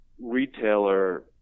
retailer